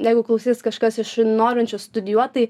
jeigu klausys kažkas iš norinčių studijuot tai